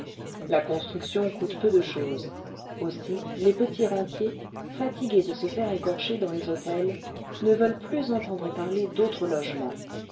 la construction coûte peu de chose aussi les petits rentiers fatigués l'heure du bain a mancheville de se faire écorcher dans les hôtels ne veulent plus entendre parler d'autres logements